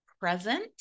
present